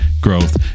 growth